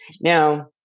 now